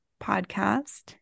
Podcast